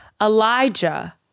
Elijah